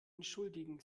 entschuldigen